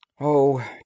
Oh